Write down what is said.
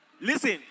Listen